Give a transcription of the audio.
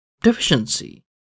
deficiency